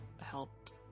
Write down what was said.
helped